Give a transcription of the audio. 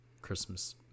christmas